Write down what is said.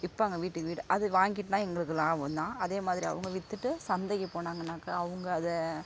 விற்பாங்க வீட்டுக்கு வீடு அது வாங்கிட்டனா எங்களுக்கு லாபம் தான் அதே மாதிரி அவங்க வித்துட்டு சந்தைக்கு போனாங்கனாக்க அவங்க அதை